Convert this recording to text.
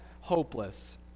hopeless